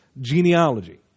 genealogy